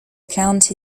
county